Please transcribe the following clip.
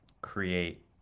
Create